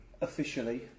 Officially